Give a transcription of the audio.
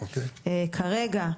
כרגע,